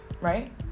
right